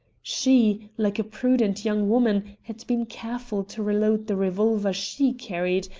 she, like a prudent young woman, had been careful to reload the revolver she carried,